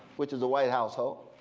which is a white household.